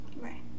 right